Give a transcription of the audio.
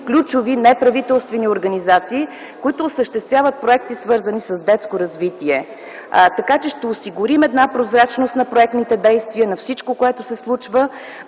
ключови неправителствени организации, които осъществяват проекти, свързани с детско развитие. Така че ще осигурим прозрачност на проектните действия, на всичко, което се случва.